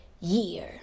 year